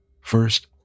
First